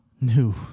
new